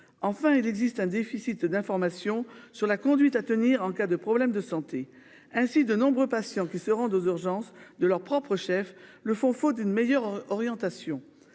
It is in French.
Enfin, il existe un déficit d'information sur la conduite à tenir en cas de problème de santé ainsi de nombreux patients qui se rendent aux urgences de leur propre chef le Fonds faute d'une meilleure orientation